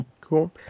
Cool